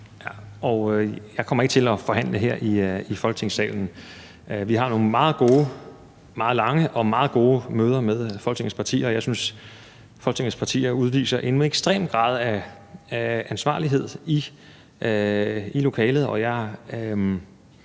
Jeg kommer ikke til at forhandle her i Folketingssalen. Vi har nogle meget lange og meget gode møder med Folketingets partier, og jeg synes, at Folketingets partier udviser en ekstrem grad af ansvarlighed i lokalet.